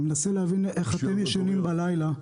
אני מנסה להבין איך אתם ישנים בלילה,